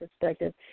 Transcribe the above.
perspective